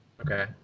Okay